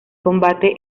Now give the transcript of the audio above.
combate